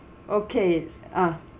okay uh